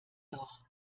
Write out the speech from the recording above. doch